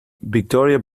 victoria